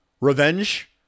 revenge